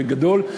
בגדול.